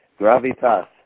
Gravitas